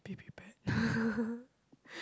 be prepared